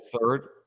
third